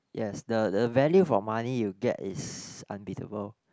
yes the the value for money you get is unbeatable